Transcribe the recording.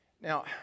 Now